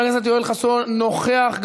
הכנסת יואל חסון, אינו נוכח.